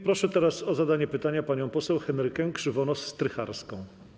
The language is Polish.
Proszę teraz o zadanie pytania panią poseł Henrykę Krzywonos-Strycharską.